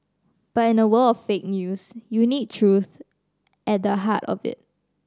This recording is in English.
but in a world of fake news you need truth at the heart of it